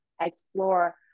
explore